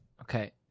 Okay